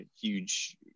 huge